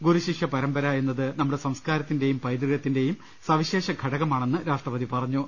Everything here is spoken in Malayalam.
ഗുരു ശിഷ്യ പരമ്പര എന്നത് നമ്മുടെ സംസ്കാരത്തിന്റെയും പൈതൃകത്തിന്റെയും സവിശേഷ ഘടകമാണെന്ന് രാഷ്ട്രപതി പറഞ്ഞു